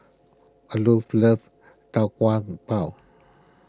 Olof loves Tau Kwa Pau